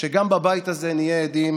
שגם בבית הזה נהיה עדים